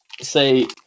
Say